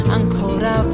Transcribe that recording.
ancora